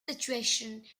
situation